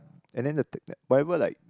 and then the whatever like